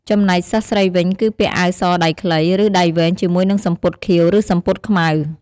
ចំណែកសិស្សស្រីវិញ គឺពាក់អាវសដៃខ្លី ឬដៃវែងជាមួយនឹងសំពត់ខៀវ ឬសំពត់ខ្មៅ។